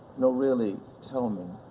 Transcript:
no really, tell me,